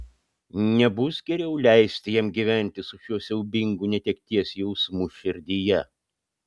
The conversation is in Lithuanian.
nebus geriau leisti jam gyventi su šiuo siaubingu netekties jausmu širdyje